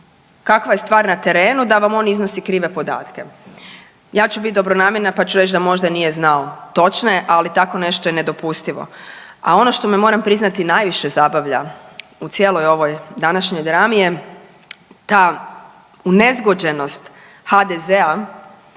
kakva je stvar na terenu, da vam on iznosi krive podatke. Ja ću biti dobronamjerna pa ću reći da možda nije znao točne, ali tako nešto je nedopustivo. A ono što me moram priznati najviše zabavlja u cijeloj ovoj današnjoj drami je ta unezgođenost HDZ-a